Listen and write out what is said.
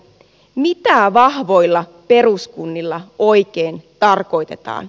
mitä vahvoilla peruskunnilla oikein tarkoitetaan